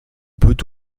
peut